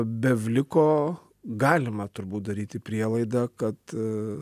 be vliko galima turbūt daryti prielaidą kad